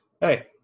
hey